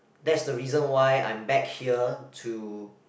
that's the reason why I'm back here to